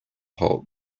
halt